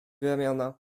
ramiona